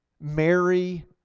Mary